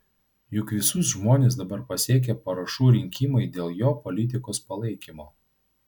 juk visus žmones dabar pasiekia parašų rinkimai dėl jo politikos palaikymo